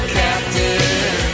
captain